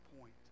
point